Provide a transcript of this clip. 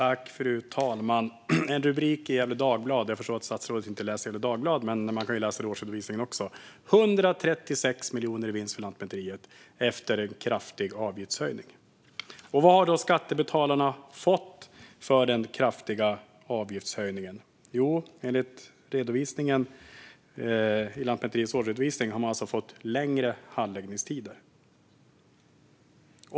Fru talman! Rubrik i Gefle Dagblad: "Rekordvinst för Lantmäteriet - efter avgiftshöjningar. Jag förstår att statsrådet inte läser Gefle Dagblad, men man kan läsa om det i årsredovisningen också: 136 miljoner i vinst för Lantmäteriet efter en kraftig avgiftshöjning. Vad har då skattebetalarna fått för denna kraftiga avgiftshöjning? Jo, enligt Lantmäteriets årsredovisning har de fått längre handläggningstider.